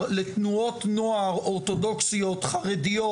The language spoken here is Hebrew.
לתנועות נוער אורתודוכסיות חרדיות,